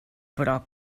però